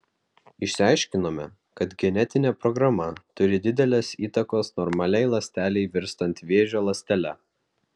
išsiaiškinome kad genetinė programa turi didelės įtakos normaliai ląstelei virstant vėžio ląstele